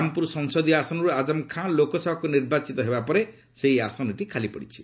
ରାମପୁର ସଂସଦୀୟ ଆସନରୁ ଆଜମ ଖାଁ ଲୋକସଭାକୁ ନିର୍ବାଚିତ ହେବା ପରେ ସେହି ଆସନଟି ଖାଲିପଡିଛି